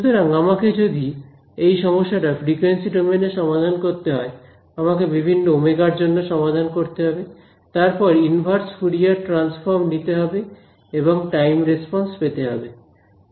সুতরাং আমাকে যদি এই সমস্যাটা ফ্রিকোয়েন্সি ডোমেন এ সমাধান করতে হয় আমাকে বিভিন্ন ওমেগা র জন্য সমাধান করতে হবে তারপর ইনভার্স ফুরিয়ার ট্রানসফর্ম নিতে হবে এবং টাইম রেসপন্স পেতে হবে